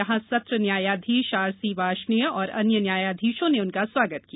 यहां सत्र न्यायाधीश आर सी वार्ष्णेय और अन्य न्यायाधीशों ने उनका स्वागत किया